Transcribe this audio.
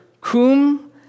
cum